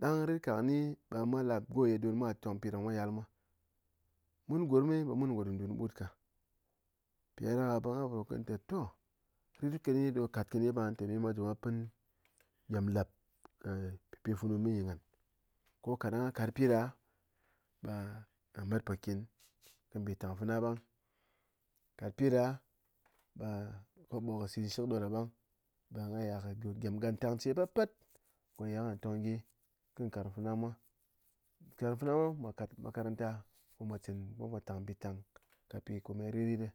Ɗang ritká kɨni ɓe mwa lap go don mwa tong pi ɗa mwa yal mwa, mun gurm ɓe mun ngo dundun kɨ ɓut ka, mpiɗáɗaká ɓe ghan po rot kɨni nté toh ritkɨni ɗo katkɨni ɓe ghan tɨné meye mwa ji mwa pɨn dyém lep pi funu mini ghan ko kadang gha kat pidá ɓe a met pokin kɨ mbitang fena ɓang, kat piɗa ɓe kobo sit nshɨk ɗoda ɓang ɓe gha iya kat gantang che pyetpyet ko ye gha tong gyi kɨ nkarng féna mwa. Nkarng féna mwa mwâ kat makaranta ko mwa chin ko mwa tang mbitang ka pi ko meye ritrit